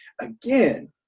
again